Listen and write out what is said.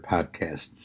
Podcast